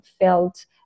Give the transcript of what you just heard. felt